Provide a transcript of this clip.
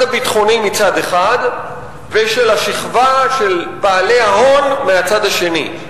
הביטחוני מצד אחד ושל השכבה של בעלי ההון מהצד השני,